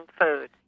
food